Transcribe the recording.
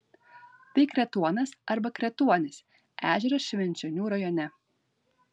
tai kretuonas arba kretuonis ežeras švenčionių rajone